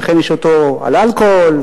ולכן יש אותו על אלכוהול,